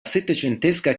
settecentesca